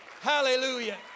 Hallelujah